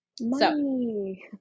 Money